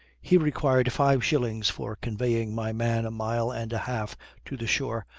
he required five shillings for conveying my man a mile and a half to the shore,